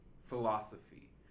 philosophy